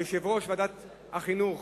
ליושב-ראש ועדת החינוך